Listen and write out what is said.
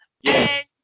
Yes